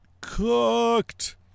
cooked